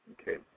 okay